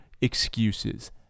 excuses